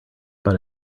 but